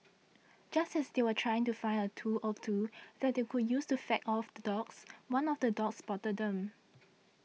just as they were trying to find a tool or two that they could use to fend off the dogs one of the dogs spotted them